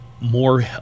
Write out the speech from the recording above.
more